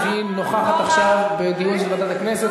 היא נוכחת עכשיו בדיון של ועדת הכנסת.